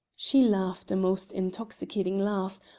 she laughed a most intoxicating laugh,